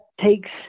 takes